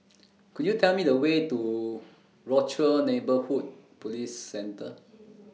Could YOU Tell Me The Way to Rochor Neighborhood Police Centre